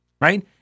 Right